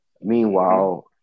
Meanwhile